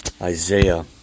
Isaiah